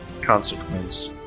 consequence